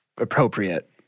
appropriate